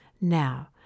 Now